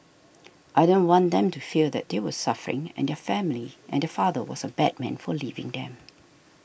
I didn't want them to feel that they were suffering and their family and their father was a bad man for leaving them